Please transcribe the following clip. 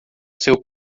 seu